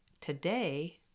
today